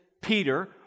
Peter